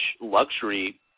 luxury